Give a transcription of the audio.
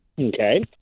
Okay